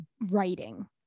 writing